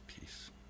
peace